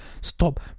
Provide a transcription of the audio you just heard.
stop